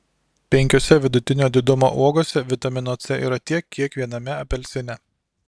penkiose vidutinio didumo uogose vitamino c yra tiek kiek viename apelsine